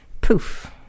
poof